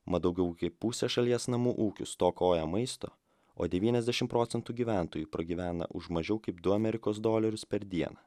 mat daugiau kaip pusė šalies namų ūkių stokoja maisto o devyniasdešim procentų gyventojų pragyvena už mažiau kaip du amerikos dolerius per dieną